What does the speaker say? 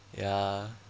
ya